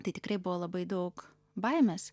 tai tikrai buvo labai daug baimės